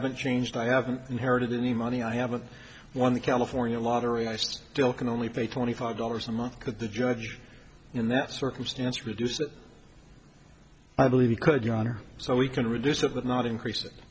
haven't changed i haven't inherited any money i haven't won the california lottery i still can only pay twenty five dollars a month but the judge in that circumstance reduce that i believe he could your honor so we can reduce of that not increase it